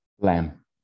Lamb